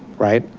right?